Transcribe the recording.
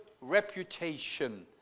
reputation